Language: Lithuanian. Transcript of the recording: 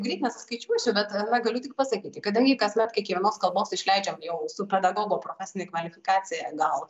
greit neskaičiuosiu bet galiu tik pasakyti kadangi kasmet kiekvienos kalbos išleidžiam jau su pedagogo profesine kvalifikacija gal